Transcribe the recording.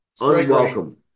Unwelcome